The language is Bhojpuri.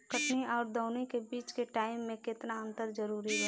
कटनी आउर दऊनी के बीच के टाइम मे केतना अंतर जरूरी बा?